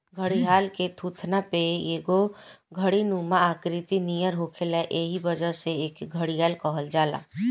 घड़ियाल के थुथुना पे एगो घड़ानुमा आकृति नियर होखेला एही वजह से एके घड़ियाल कहल जाला